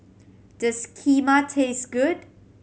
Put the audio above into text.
does Kheema taste good